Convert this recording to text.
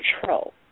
control